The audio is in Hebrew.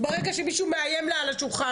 ברגע שמישהו מאיים לה על השולחן,